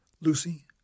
Lucy